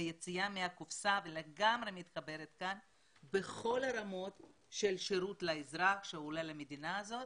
יציאה מהקופסה בכל הרמות של שירות לאזרח שעולה למדינה הזאת.